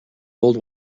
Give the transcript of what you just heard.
old